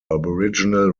aboriginal